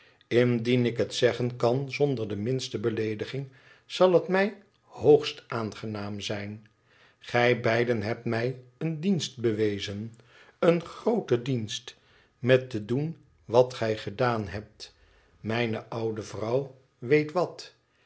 indien ik het zeggen kan zonder de minste l eleediging zal het mij hoogst aangenaam zijn gij beiden hebt mij een dienst bewezen een grooten dienst met te doen wat gij gedaan hebt mijne oude vrouw weet wat